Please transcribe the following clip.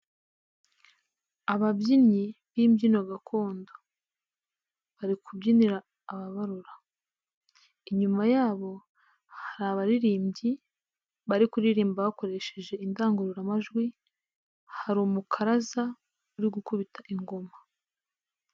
Ababyinnyi b'imbyino gakondo, bari kubyinira ababarora, inyuma yabo hari abaririmbyi bari kuririmba bakoresheje indangururamajwi, hari umukaraza uri gukubita ingoma.